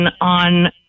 on